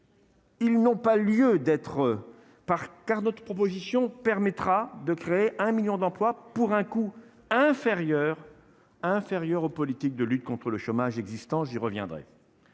Ils n'ont pas lieu d'être par car notre proposition permettra de créer un 1000000 d'emplois pour un coût inférieur inférieur aux politiques de lutte contre le chômage, existence, j'y reviendrai.